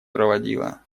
проводила